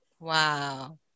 Wow